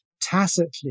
tacitly